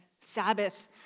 Sabbath